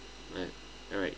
and alright